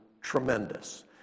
tremendous